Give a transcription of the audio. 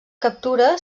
captura